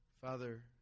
Father